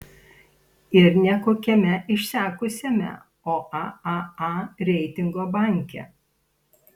ir ne kokiame išsekusiame o aaa reitingo banke